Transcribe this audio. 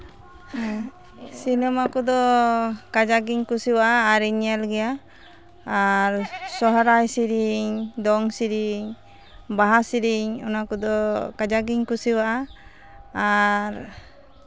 cinema ᱠᱚᱫᱚ ᱠᱟᱡᱟᱠ ᱜᱤᱧ ᱠᱩᱥᱤᱭᱟᱜᱼᱟ ᱟᱨᱤᱧ ᱧᱮᱞ ᱜᱮᱭᱟ ᱟᱨ ᱥᱚᱨᱦᱟᱭ ᱥᱮᱨᱮᱧ ᱫᱚᱝ ᱥᱮᱨᱮᱧ ᱵᱟᱦᱟ ᱥᱮᱨᱮᱧ ᱚᱱᱟ ᱠᱚᱫᱚ ᱠᱟᱡᱟᱠ ᱜᱤᱧ ᱠᱩᱥᱤᱭᱟᱜᱼᱟ ᱟᱨ